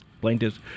plaintiffs